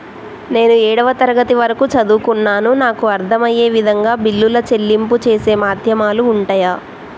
నేను ఏడవ తరగతి వరకు చదువుకున్నాను నాకు అర్దం అయ్యే విధంగా బిల్లుల చెల్లింపు చేసే మాధ్యమాలు ఉంటయా?